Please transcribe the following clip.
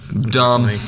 Dumb